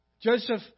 Joseph